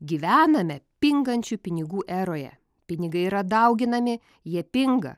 gyvename pingančių pinigų eroje pinigai yra dauginami jie pinga